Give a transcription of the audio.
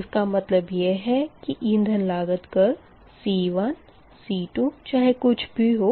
इसका मतलब यह है कि इंधन लागत कर्व C1C2 चाहे कुछ भी हो